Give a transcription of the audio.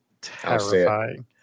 terrifying